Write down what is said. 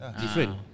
Different